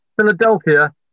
Philadelphia